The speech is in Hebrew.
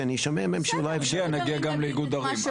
נגיע גם לאיגוד ערים.